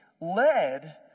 led